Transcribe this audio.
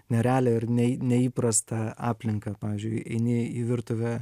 nerealią ir neį neįprastą aplinką pavyzdžiui eini į virtuvę